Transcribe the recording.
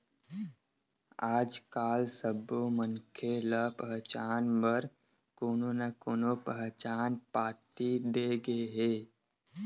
आजकाल सब्बो मनखे ल पहचान बर कोनो न कोनो पहचान पाती दे गे हे